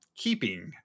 keeping